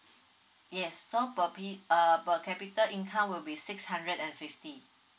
yes so per uh per capital income will be six hundred and fifty